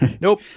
Nope